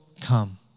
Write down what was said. come